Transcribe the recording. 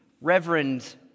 Reverend